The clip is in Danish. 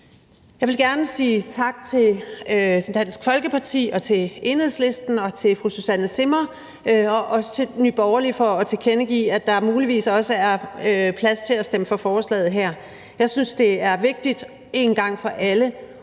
Jeg vil gerne sige tak til Dansk Folkeparti og til Enhedslisten og til fru Susanne Zimmer og også til Nye Borgerlige for at tilkendegive, at der muligvis også er plads til at stemme for forslaget her. Jeg synes, det er vigtigt en gang for alle